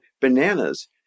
bananas